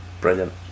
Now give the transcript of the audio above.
Brilliant